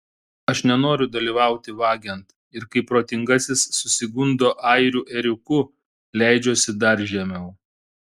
aš nenoriu dalyvauti vagiant ir kai protingasis susigundo airių ėriuku leidžiuosi dar žemiau